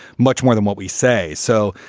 much more than what we say. so,